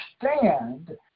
understand